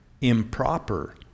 improper